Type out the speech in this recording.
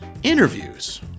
interviews